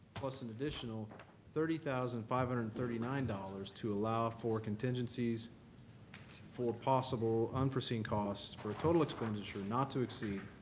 plus an additional thirty thousand five hundred and thirty nine dollars to allow for contingencies for possible unforeseen costs, for a total expenditure not to exceed